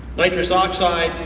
nitris oxide,